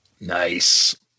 Nice